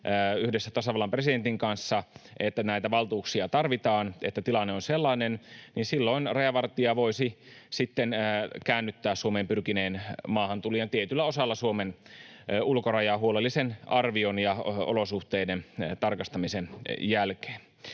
yhdessä tasavallan presidentin kanssa, että tilanne on sellainen, että näitä valtuuksia tarvitaan — käännyttää Suomeen pyrkineen maahantulijan tietyllä osalla Suomen ulkorajaa huolellisen arvion ja olosuhteiden tarkastamisen jälkeen.